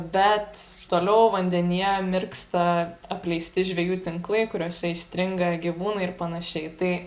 bet toliau vandenyje mirksta apleisti žvejų tinklai kuriuose įstringa gyvūnai ir panašiai tai